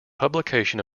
publication